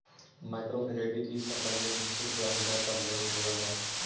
micro credit इसब लगी एक निश्चित ब्याज दर पर लोन देवल जा हई